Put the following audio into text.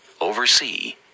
oversee